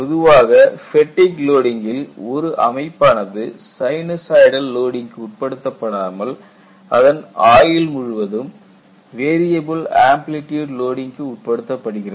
பொதுவாக ஃபேட்டிக் லோடிங்கில் ஒரு அமைப்பானது சைன்னசாய்டல் லோடிங்க்கு உட்படுத்தப்படாமல் அதன் ஆயுள் முழுவதும் வேரியபில் ஆம்ப்லிட்யூட் லோடிங்க்கு உட்படுத்தப்படுகிறது